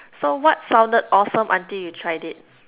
so what sounded awesome until you tried it